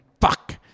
fuck